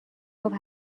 گفت